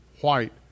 white